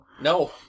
No